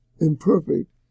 imperfect